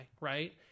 right